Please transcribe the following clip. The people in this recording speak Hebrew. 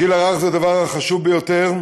הגיל הרך זה הדבר החשוב ביותר.